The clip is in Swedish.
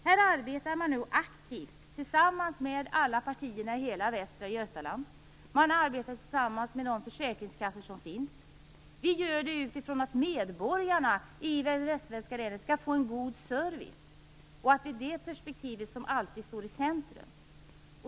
Här arbetar man nu aktivt tillsammans med alla partierna i hela västra Götaland. Man arbetar tillsammans med de försäkringskassor som finns. Vi gör detta utifrån att medborgarna i det västsvenska länet skall få en god service. Det är det perspektivet som alltid står i centrum.